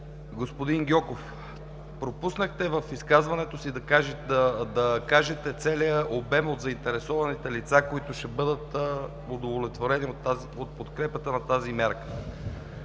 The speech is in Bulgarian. господин Гьоков, пропуснахте в изказването си да кажете целия обем от заинтересованите лица, които ще бъдат удовлетворени от подкрепата на тази мярка.